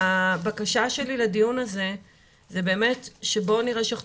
והבקשה שלי לדיון הזה היא באמת שבואו נראה שאנחנו